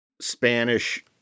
Spanish